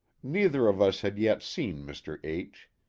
neither of us had yet seen mr. h.